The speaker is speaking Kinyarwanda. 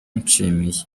nshimiye